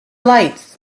lights